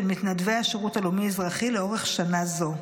מתנדבי השירות הלאומי-אזרחי לאורך שנה זו.